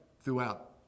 throughout